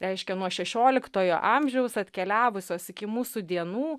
reiškia nuo šešioliktojo amžiaus atkeliavusios iki mūsų dienų